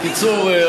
בקיצור,